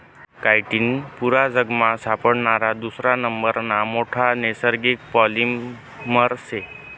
chitin पुरा जगमा सापडणारा दुसरा नंबरना मोठा नैसर्गिक पॉलिमर शे